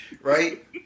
right